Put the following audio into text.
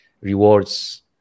rewards